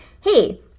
hey